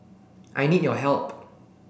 I need your help